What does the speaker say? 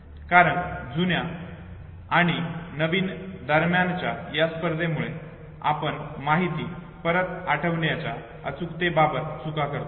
कारण जुन्या आणि नवीन दरम्यानच्या या स्पर्धेमुळे आपण माहिती परत आठवण्याच्या अचूकतेबाबत चुका करतो